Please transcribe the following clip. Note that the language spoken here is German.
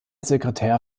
sekretär